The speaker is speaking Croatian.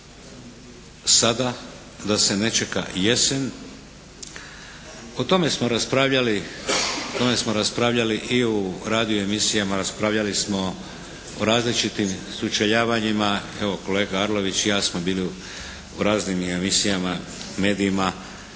da se ne čeka jesen. O tome smo raspravljali i u radio emisijama, raspravljali smo u različitim sučeljavanjima, evo kolega Arlović i ja smo bili u raznim emisijama, medijima